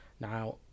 Now